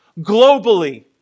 globally